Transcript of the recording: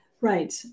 Right